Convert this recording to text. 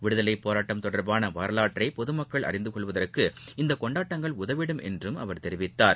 விடுதலைபோராட்டம் தொடர்பானவரலாற்றைபொதுமக்கள் அறிந்துகொள்வதற்கு இந்தகொண்டாட்டங்கள் உதவிடும் என்றும் அவர் தெரிவித்தார்